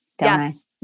yes